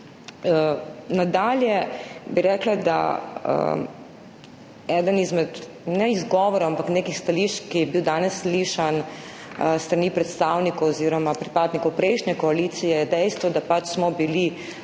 Nadalje bi rekla, da je eno izmed ne izgovorov, ampak nekih stališč, ki so bila danes podana s strani predstavnikov oziroma pripadnikov prejšnje koalicije, dejstvo, da smo bili